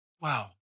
wow